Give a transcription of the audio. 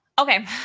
Okay